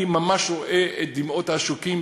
אני ממש רואה את דמעות העשוקים.